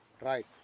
right